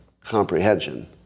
comprehension